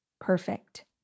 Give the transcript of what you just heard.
perfect